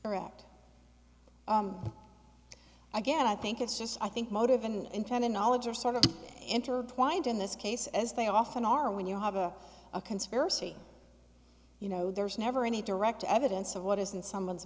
act again i think it's just i think motive and intent and knowledge are sort of intertwined in this case as they often are when you have a a conspiracy you know there's never any direct evidence of what is in someone's